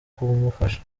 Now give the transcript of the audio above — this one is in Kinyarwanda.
kumufasha